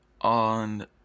on